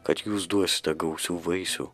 kad jūs duosite gausių vaisių